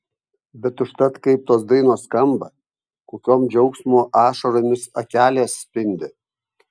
bet užtat kaip tos dainos skamba kokiom džiaugsmo ašaromis akelės spindi